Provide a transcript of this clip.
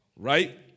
Right